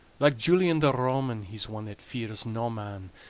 like julian the roman, he's one that fears no man,